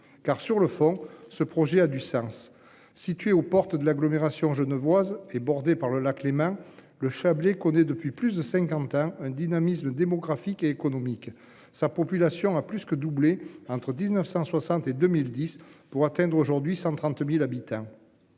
car sur le fond, ce projet a du sens. Situé aux portes de l'agglomération genevoise est bordée par le lac Léman le Chablais connaît depuis plus de 50 ans, un dynamisme démographique et économique. Sa population a plus que doublé entre 1960 et 2010 pour atteindre aujourd'hui 130.000 habitants.